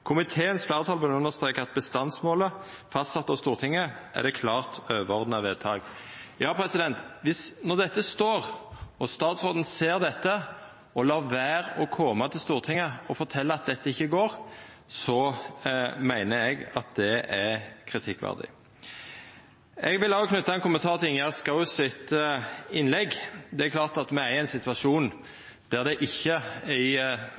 Komiteens flertall vil understreke at bestandsmål fastsatt av Stortinget er det klart overordnede vedtak.» Når dette står og statsråden ser dette og lèt vera å koma til Stortinget og fortelja at dette ikkje går, meiner eg at det er kritikkverdig. Eg vil òg knyta ein kommentar til innlegget til Ingjerd Schou. Det er klart at me er i ein situasjon der det ikkje